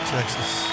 Texas